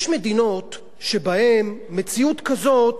יש מדינות שבהן מציאות כזאת